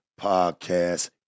podcast